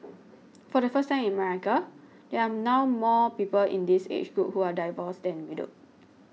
for the first time in America there are now more people in this age group who are divorced than widowed